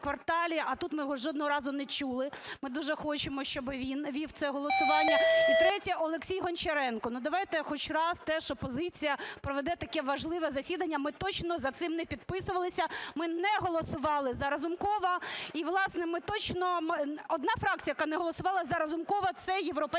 а тут ми його жодного разу не чули. Ми дуже хочемо, щоб він вів це голосування. І третє. Олексій Гончаренко. Давайте хоч раз теж опозиція проведе таке важливе засідання. Ми точно за цим не підписувалися, ми не голосували за Разумкова і, власне, ми точно... Одна фракція, яка не голосувала за Разумкова, – це "Європейська